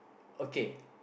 okay